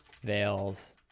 veils